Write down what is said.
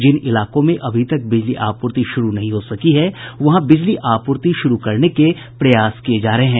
जिन इलाकों में अभी तक बिजली आपूर्ति शुरू नहीं हो सकी है वहां बिजली आपूर्ति शुरू करने के प्रयास किये जा रहे हैं